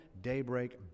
daybreak